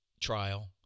trial